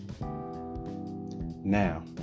Now